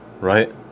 Right